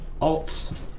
Alt